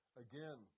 again